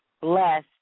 bless